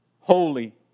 holy